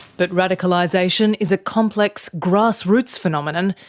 but radicalisation is a complex, grassroots phenomenon,